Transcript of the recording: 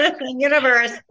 universe